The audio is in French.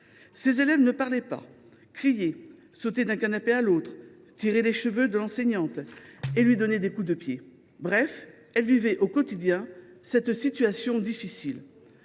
Ces élèves ne parlaient pas. Ils criaient, sautaient d’un canapé à l’autre, tiraient les cheveux de l’enseignante et lui donnaient des coups de pied. Bref, elle vivait au quotidien une situation pour le